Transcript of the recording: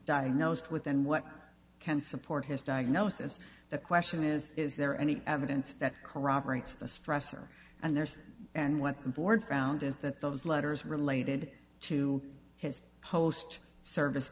diagnosed with and what can't support his diagnosis the question is is there any evidence that corroborates the stressor and there's and what the board found is that those letters related to his post service